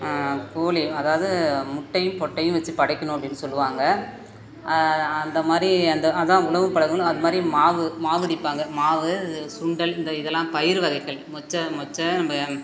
கோழி அதாவது முட்டையும் பொட்டையும் வெச்சு படைக்கணும் அப்படினு சொல்லுவாங்க அந்த மாதிரி அந்த அதுதான் உணவு பழக்கங்கள் அது மாதிரி மாவு மாவு இடிப்பாங்க மாவு சுண்டல் இந்த இதெல்லாம் பயறு வகைகள் மொச்சை மொச்சை நம்ப